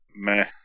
meh